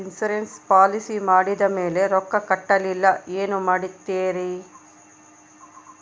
Insurance policy ಮಾಡಿದ ಮೇಲೆ ರೊಕ್ಕ ಕಟ್ಟಲಿಲ್ಲ ಏನು ಮಾಡುತ್ತೇರಿ?